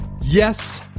yes